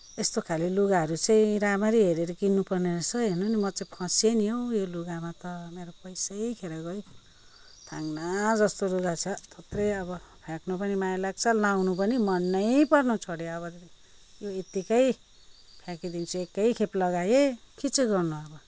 यस्तो खाले लुगाहरू चाहिँ राम्ररी हेरेर किन्नुपर्ने रहेछ हेर्नु न म चाहिं फसिएँ नि हौ यो लुगामा त मेरो पैसै खेर गयो थाङ्ना जस्तो लुगा छ्या थोत्रे अब फ्याँक्न पनि माया लाग्छ लगाउन पनि मनै पर्न छोड्यो अब यो यतिकै फ्याँकिदिन्छु एकैखेप लगाएँ के चाहिँ गर्नु अब